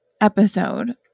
episode